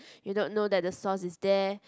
you don't know that the sauce is there